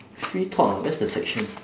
free talk ah where's the section